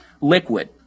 liquid